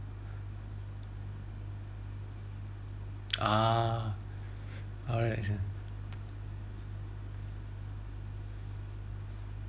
ah alright ya